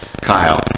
Kyle